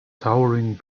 towering